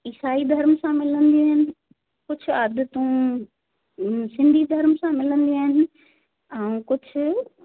ईसाई धर्म सां मिलंदी आहिनि कुझु आदतूं सिंधी धर्म सां मिलंदी आहिनि ऐं कुझु